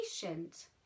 patient